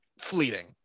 fleeting